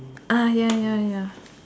ah ya ya ya